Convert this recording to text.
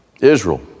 Israel